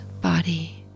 body